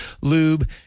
Lube